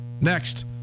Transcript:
next